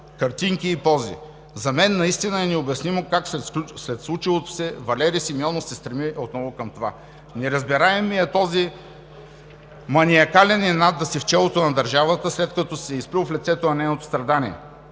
картинки и пози. За мен наистина е необяснимо как след случилото се Валери Симеонов се стреми отново към това. Неразбираем е този маниакален инат да си в челото на държавата, след като си се изплюл в лицето на нейното страдание.